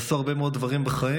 עשו הרבה מאוד דברים בחיים,